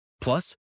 Plus